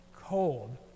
cold